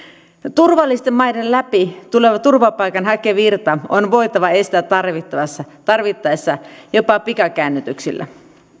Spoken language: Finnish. turvallisten maiden läpi tuleva turvapaikanhakijavirta on voitava estää tarvittaessa tarvittaessa jopa pikakäännytyksillä